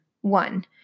One